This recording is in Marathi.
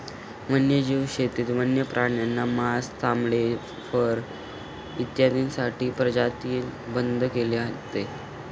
वन्यजीव शेतीत वन्य प्राण्यांना मांस, चामडे, फर इत्यादींसाठी पिंजऱ्यात बंद केले जाते